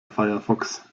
firefox